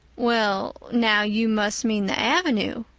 well now, you must mean the avenue,